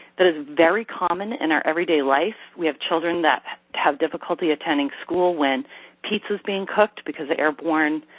that is very common in our everyday life. we have children that have difficulty attending school when pizza is being cooked because of airborne